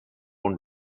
own